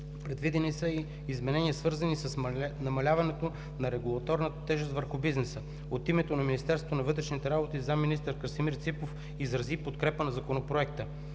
Предвидени са и изменения, свързани с намаляването на регулаторната тежест върху бизнеса. От името на Министерството на вътрешните работи зам.-министър Красимир Ципов изрази подкрепа на Законопроекта.